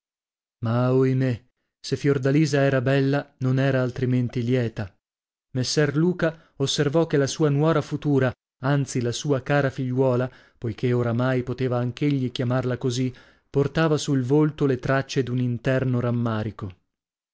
se fiordalisa era bella non era altrimenti lieta messer luca osservò che la sua nuora futura anzi la sua cara figliuola poichè oramai poteva anch'egli chiamarla così portava sul volto le traccie d'un interno rammarico